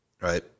right